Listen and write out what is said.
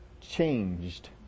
changed